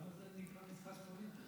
למה זה נקרא "משחק פוליטי"?